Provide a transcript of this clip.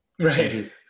Right